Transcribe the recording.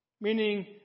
meaning